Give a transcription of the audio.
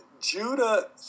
Judah